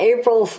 April